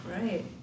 Right